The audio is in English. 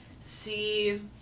see